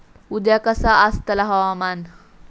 उद्या कसा आसतला हवामान?